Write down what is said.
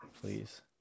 Please